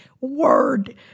word